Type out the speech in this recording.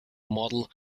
model